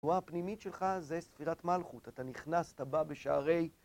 התנועה הפנימית שלך זה ספירת מלכות, אתה נכנס, אתה בא בשערי